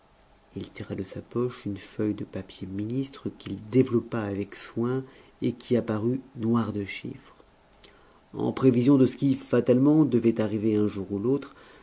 il tira de sa poche une feuille de papier ministre qu'il développa avec soin et qui apparut noire de chiffres en prévision de ce qui fatalement devait arriver un jour ou l'autre